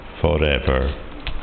forever